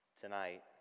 Tonight